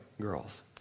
girls